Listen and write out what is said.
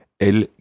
el